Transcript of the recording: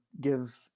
give